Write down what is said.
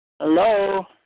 Hello